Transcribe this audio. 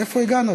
לאן הגענו,